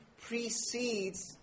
precedes